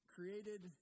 Created